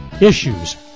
issues